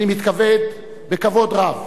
אני מתכבד בכבוד רב